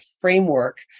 framework